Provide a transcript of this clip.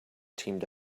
teamed